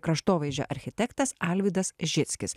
kraštovaizdžio architektas alvydas žickis